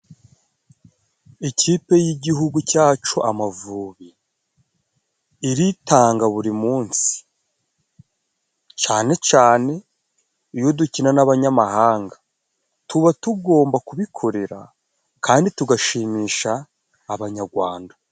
Ikipe y'igihugu cyacu Amavubi iritanga buri munsi cane cane iyo dukina n'abanyamahanga tuba tugomba kubikorera kandi tugashimisha abanyagwanda.